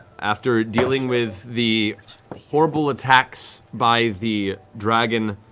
after dealing with the horrible attacks by the dragon